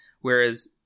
whereas